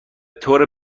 طور